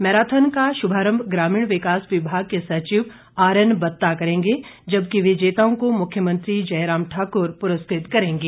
marathon का शुभारंभ ग्रामीण विकास विभाग के सचिव आरएन बत्ता करेंगे जबकि विजेताओं को मुख्यमंत्री जयराम ठाकुर पुरस्कृत करेंगे